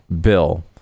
bill